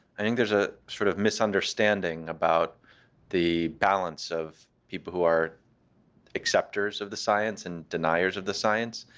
i think there's a sort of misunderstanding about the balance of people who are accepters of the science and deniers of the science.